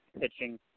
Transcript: pitching